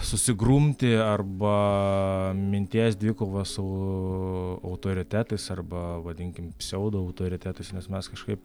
susigrumti arba minties dvikova su autoritetais arba vadinkim pseudo autoritetais nes mes kažkaip